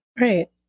Right